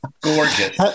gorgeous